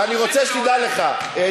ואני רוצה לדבר אתך רגע על משטרת ישראל.